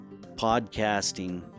podcasting